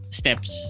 steps